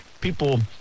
People